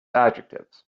adjectives